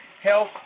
health